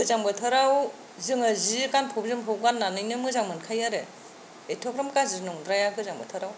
गोजां बोथोराव जोङो जि गानफब जोमफब गाननानैनो मोजां मोनखायो आरो एथग्राम गाज्रि नंद्राया गोजां बोथोराव